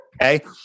Okay